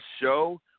show